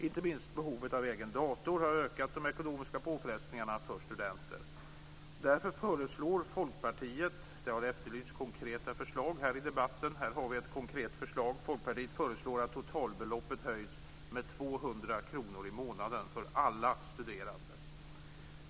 Inte minst behovet av egen dator har ökat de ekonomiska påfrestningarna för studenter. Det har efterlysts konkreta förslag i debatten. Här har vi ett konkret förslag. Folkpartiet föreslår därför att totalbeloppet höjs med 200 kr i månaden för alla studerande.